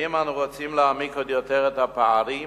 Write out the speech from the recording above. האם אנו רוצים להעמיק עוד יותר את הפערים